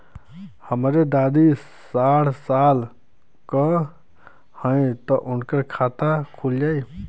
हमरे दादी साढ़ साल क हइ त उनकर खाता खुल जाई?